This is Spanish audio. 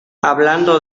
hablando